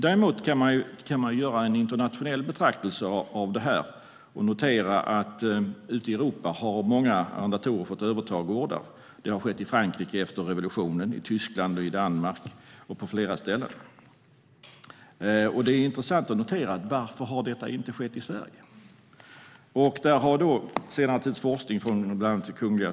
Däremot kan man göra en internationell betraktelse när det gäller detta och notera att många arrendatorer ute i Europa har fått överta gårdar. Det har skett i Frankrike efter revolutionen, och det har också skett i Tyskland och i Danmark och på flera andra ställen. Det är intressant att ställa frågan: Varför har detta inte skett i Sverige? I forskning från bland annat Kungl.